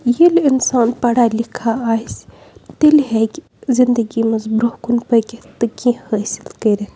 ییٚلہِ اِنسان پَڑا لِکھا آسہِ تیٚلہِ ہیٚکہِ زِندگی منٛز برونٛہہ کُن پٔکِتھ تہٕ کینٛہہ حٲصِل کٔرِتھ